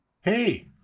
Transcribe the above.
Hey